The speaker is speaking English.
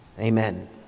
Amen